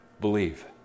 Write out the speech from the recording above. Believe